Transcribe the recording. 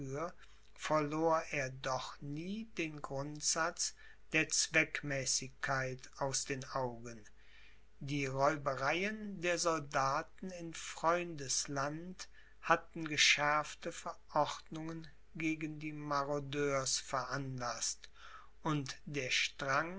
verlor er doch nie den grundsatz der zweckmäßigkeit aus den augen die räubereien der soldaten in freundes land hatten geschärfte verordnungen gegen die marodeurs veranlaßt und der